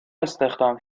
استخدام